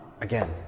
Again